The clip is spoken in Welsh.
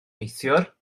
neithiwr